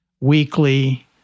weekly